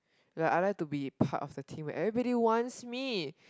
ya I like to be part of the team everybody wants me